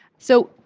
so,